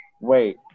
wait